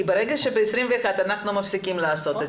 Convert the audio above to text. כי ברגע שבגיל 21 אנחנו מפסיקים לעשות את